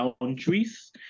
boundaries